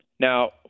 Now